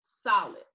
solid